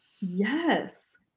Yes